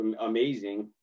amazing